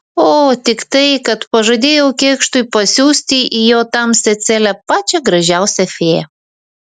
o tik tai kad pažadėjau kėkštui pasiųsti į jo tamsią celę pačią gražiausią fėją